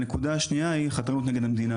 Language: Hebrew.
והנקודה השנייה היא חתרנות נגד המדינה,